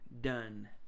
Done